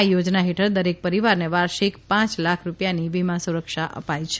આ યોજના હેઠળ દરેક પરિવારને વાર્ષિક પાંચલ ખ રૂપિયાની વીમા સુરક્ષા અપાય છે